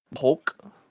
Hulk